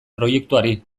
proiektuari